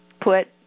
put